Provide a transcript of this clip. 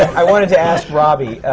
i wanted to ask robby